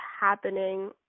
happening